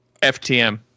FTM